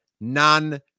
None